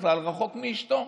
בכלל רחוק מאשתו?